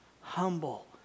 Humble